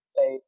Say